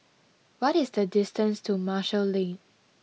what is the distance to Marshall Lane